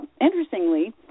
interestingly